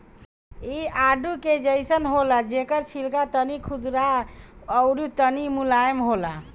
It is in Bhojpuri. इ आडू के जइसन होला जेकर छिलका तनी खुरदुरा अउरी तनी मुलायम होला